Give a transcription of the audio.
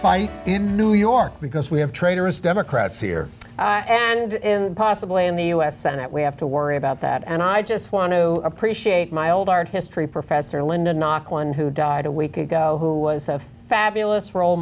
fight in new york because we have traitorous democrats here and possibly in the u s senate we have to worry about that and i just want to appreciate my old art history professor linda knock one who died a week ago who was a fabulous role